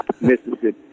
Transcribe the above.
Mississippi